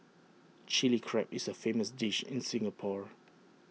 Chilli Crab is A famous dish in Singapore